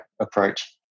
approach